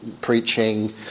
preaching